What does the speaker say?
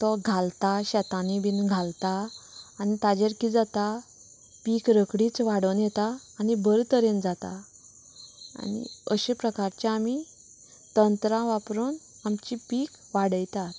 तो घालता शेतांनी बी घालता आनी ताचेर कितें जाता पीक रोखडीच वाडोन येता आनी बरें तरेन जाता आनी अशें प्रकारचें आमी तंत्रां वापरून आमचे पीक वाडयतात